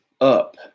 up